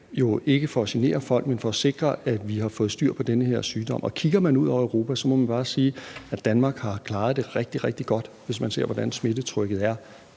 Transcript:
ikke for at genere folk, men for at sikre, at vi har fået styr på den her sygdom. Og kigger man ud over Europa, må man bare sige, at Danmark har klaret det rigtig, rigtig godt, hvis man ser på, hvordan smittetrykket i